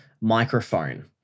microphone